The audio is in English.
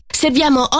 serviamo